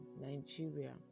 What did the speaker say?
Nigeria